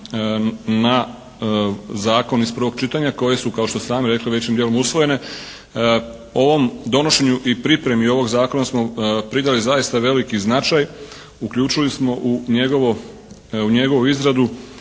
na Zakon iz prvog čitanja koji su kao što ste sami rekli većim dijelom usvojene. Ovom donošenju i pripremi ovog Zakona smo pridali zaista veliki značaj. Uključili smo u njegovu izradu